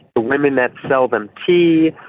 the women that sell them tea,